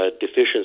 deficiency